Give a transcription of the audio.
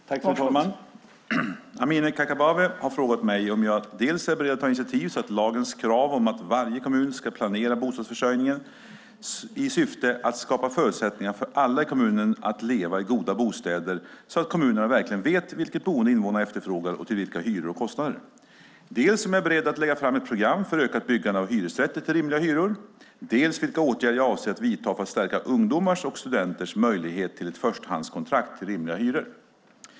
Fru talman! Amineh Kakabaveh har frågat mig om jag dels är beredd att ta initiativ så att lagens krav om att varje kommun ska planera bostadsförsörjningen i syfte att skapa förutsättningar för alla i kommunen att leva i goda bostäder bättre uppfylls så att kommunerna verkligen vet vilket boende invånarna efterfrågar och till vilka hyror och kostnader, dels om jag är beredd att lägga fram ett program för ökat byggande av hyresrätter till rimliga hyror, dels vilka åtgärder jag avser att vidta för att stärka ungdomars och studenters möjlighet till förstahandskontrakt till rimliga hyror.